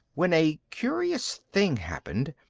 when a curious thing happened.